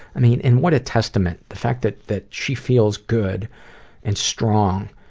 i mean, and what a testament. the fact that that she feels good and strong,